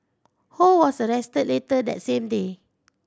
Ho was arrested later that same day